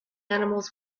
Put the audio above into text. animals